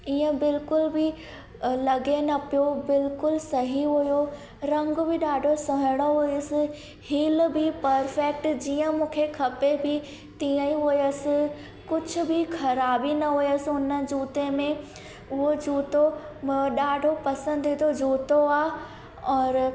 ईअं बिल्कुल बि लॻे न पियो बिल्कुलु सही हुयो रंग बि ॾाढो सुहिणो हुयुसि हील बि पर्फेक्ट जीअं मूंखे खपे पई तीअं हुयसि कुझु बि ख़राबु न हुयसि उन जूते में उहो जूतो मां ॾाढो पसंदि जो जूतो आहे और